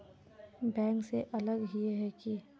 Bank से अलग हिये है की?